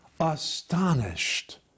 astonished